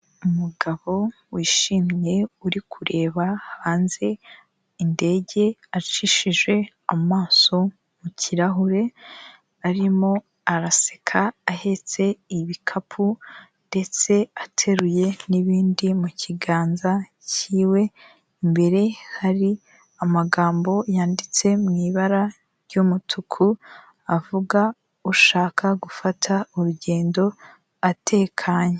Umugabo wishimye uri kureba hanze indege acishije amaso mu kirahure, arimo araseka, ahetse ibikapu ndetse ateruye n'ibindi mu kiganza kiwe, imbere hari amagambo yanditswe mu ibara ry'umutuku avuga ushaka gufata urugendo atekanye.